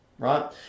Right